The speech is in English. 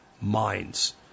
minds